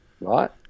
Right